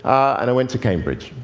and i went to cambridge.